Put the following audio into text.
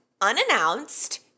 unannounced